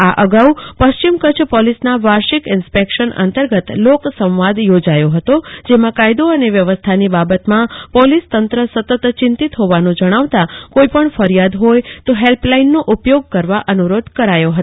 આ અગાઉ પશ્ચિમ કચ્છ પોલીસના વાર્ષિક ઈન્સપેકશન અંતર્ગત લોકસંવાદ યોજાયો હતો જેમાં કાયદો અને વ્યવસ્થાની બાબતમાં પોલીસ તંત્ર સતત ચિંતીત હોવાનું જણાવતા કોઈપણ ફરિયાદ હોય તો હેલ્પલાઈનનો ઉપયોગ કરવા અનુરોધ કરાયો હતો